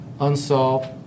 unsolved